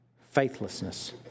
faithlessness